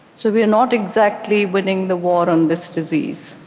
so we're not exactly winning the war on this disease.